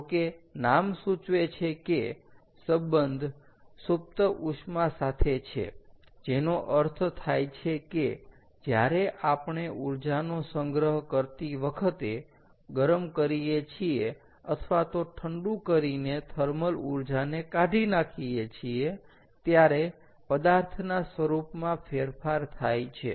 જો કે નામ સૂચવે છે કે સબંધ સૂપ્ત ઉષ્મા સાથે છે જેનો અર્થ થાય છે કે જ્યારે આપણે ઊર્જાનો સંગ્રહ કરતી વખતે ગરમ કરીએ છીએ અથવા તો ઠંડુ કરીને થર્મલ ઊર્જાને કાઢી નાખીએ છીએ ત્યારે પદાર્થના સ્વરૂપ માં ફેરફાર થાય છે